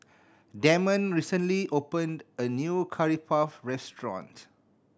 Damond recently opened a new Curry Puff restaurant